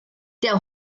der